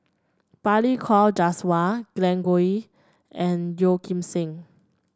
Balli Kaur Jaswal Glen Goei and Yeoh Ghim Seng